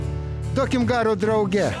duokim garo drauge